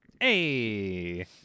Hey